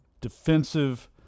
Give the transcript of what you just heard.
defensive